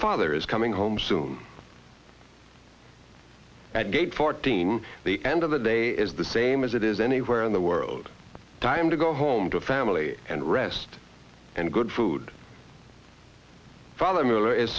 father is coming home soon at gate fourteen the end of the day is the same as it is anywhere in the world time to go home to family and rest and good food followed miller